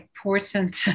important